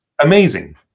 amazing